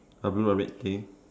a blue or red thing